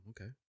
okay